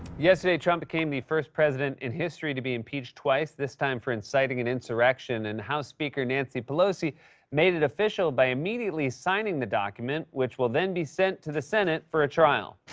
yesterday, trump became the first president in history to be impeached twice this time for inciting an insurrection. and house speaker nancy pelosi made it official by immediately signing the document, which will then be sent to the senate for a trial.